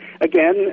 again